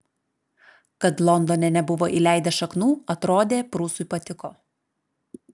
kad londone nebuvo įleidęs šaknų atrodė prūsui patiko